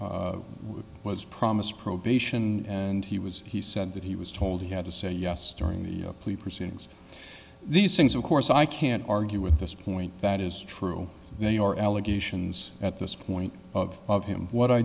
he was promised probation and he was he said that he was told he had to say yes during the proceedings these things of course i can't argue with this point that is true they are allegations at this point of of him what i